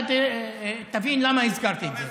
אתה תבין למה הזכרתי את זה.